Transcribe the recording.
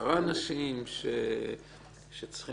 עשרה אנשים שצריכים,